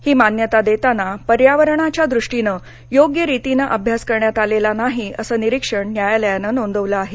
ही मान्यता देताना पर्यावरणाच्या दृष्टीनं योग्य रितीनं अभ्यास करण्यात आलेला नाही असं निरिक्षण न्यायालयानं नोंदवलं आहे